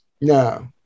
No